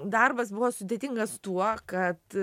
darbas buvo sudėtingas tuo kad